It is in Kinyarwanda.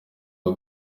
uyu